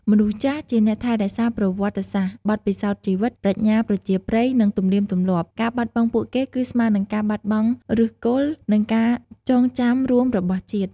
មនុស្សចាស់ ជាអ្នករក្សាប្រវត្តិសាស្ត្រ បទពិសោធន៍ជីវិត ប្រាជ្ញាប្រជាប្រិយ និងទំនៀមទម្លាប់ ការបាត់បង់ពួកគេគឺស្មើនឹងការបាត់បង់ឫសគល់ និងការចងចាំរួមរបស់ជាតិ។